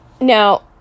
Now